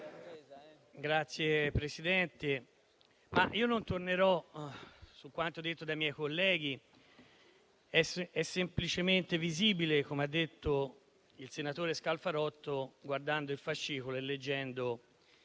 Signora Presidente, non tornerò su quanto detto dai miei colleghi. È semplicemente visibile, come ha detto il senatore Scalfarotto, guardando il fascicolo e leggendo